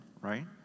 right